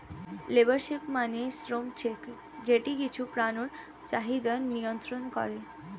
labour check মানে শ্রম check যেটা কিছু পণ্যের চাহিদা নিয়ন্ত্রন করে